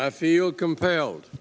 i feel compelled